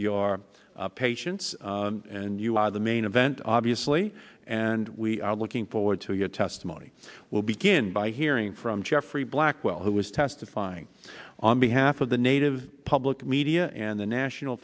your patience and you are the main event obviously and we are looking forward to your testimony will begin by hearing from geoffrey blackwell who was testifying on behalf of the native public media and the national